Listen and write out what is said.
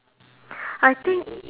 I think